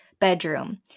bedroom